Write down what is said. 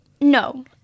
No